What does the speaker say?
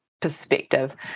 perspective